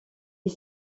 est